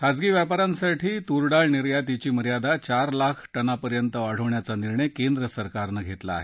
खाजगी व्यापा यांसाठी तूरडाळ निर्यातीची मर्यादा चार लाख टनापर्यंत वाढवायचा निर्णय केंद्र सरकारनं घेतला आहे